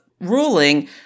ruling